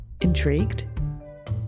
Intrigued